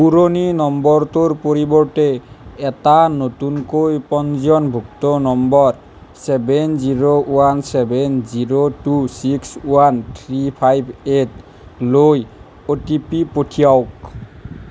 পুৰণি নম্বৰটোৰ পৰিৱৰ্তে এটা নতুনকৈ পঞ্জীয়নভুক্ত নম্বৰ seven zero one seven zero two six one three five এইটলৈ অ' টি পি পঠিয়াওক